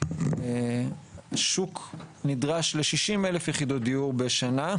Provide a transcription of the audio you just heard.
שוק נדרש ל-60,000 יחידות דיור בשנה,